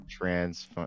trans